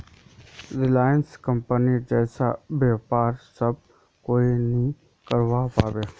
Reliance कंपनीर जैसा व्यापार सब कोई नइ करवा पाबे